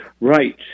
Right